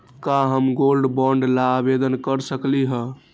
का हम gold bond ला आवेदन कर सकली ह?